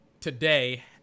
today